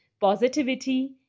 positivity